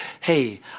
Hey